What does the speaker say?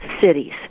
Cities